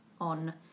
on